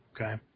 Okay